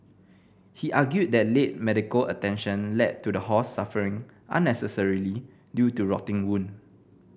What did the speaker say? he argued that late medical attention led to the horse suffering unnecessarily due to rotting wound